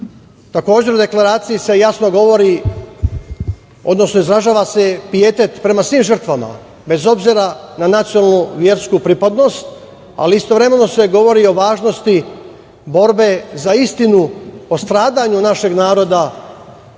suprotno.U Deklaraciji se izražava pijetet prema svim žrtvama, bez obzira na nacionalnu ili versku pripadnost, ali istovremeno se govori o važnosti borbe za istinu o stradanju našeg naroda